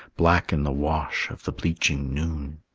black in the wash of the bleaching noon.